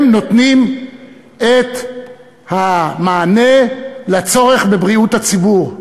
הם נותנים את המענה לצורך בבריאות הציבור.